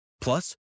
Plus